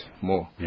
more